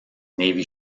navy